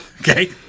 Okay